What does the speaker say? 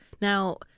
Now